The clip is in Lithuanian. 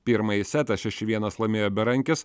pirmąjį setą šeši vienas laimėjo berankis